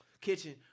kitchen